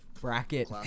Bracket